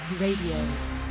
Radio